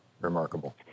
remarkable